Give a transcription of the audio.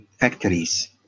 factories